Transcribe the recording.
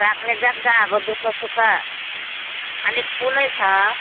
राख्ने जग्गा अब दुःख सुख अलिक ठुलै छ